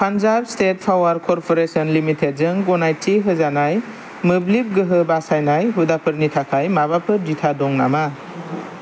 Punjab State Power Corporation लिमिटेडजों गनायथि होजानाय मोब्लिब गोहो बासायनाय हुदाफोरनि थाखाय माबाफोर बिथा दं नामा